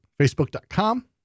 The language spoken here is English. Facebook.com